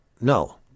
no